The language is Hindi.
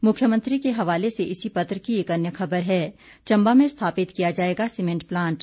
मुख्यमंत्री के हवाले से इसी पत्र की एक अन्य खबर है चम्बा में स्थापित किया जाएगा सीमेंट प्लांट